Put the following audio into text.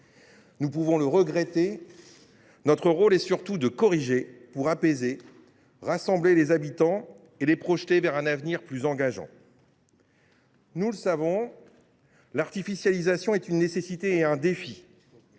Nous pouvons le regretter. Notre rôle est surtout de corriger pour apaiser, rassembler les habitants et les projeter vers un avenir plus engageant. Nous le savons, l’artificialisation est une nécessité et un défi.